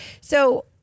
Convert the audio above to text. So-